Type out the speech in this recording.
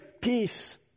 peace